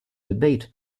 debate